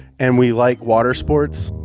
and we like water sports.